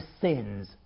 sins